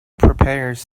prepares